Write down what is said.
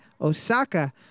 Osaka